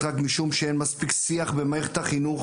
רק משום שאין מספיק שיח במערכת החינוך,